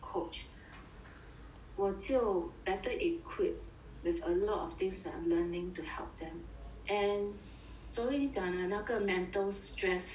我就 better equipped with a lot of things that I'm learning to help them and 所谓你讲的那个 mental stress